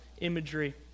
imagery